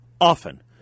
often